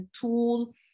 tool